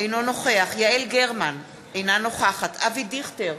אינו נוכח יעל גרמן, אינה נוכחת אבי דיכטר,